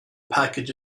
package